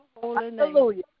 Hallelujah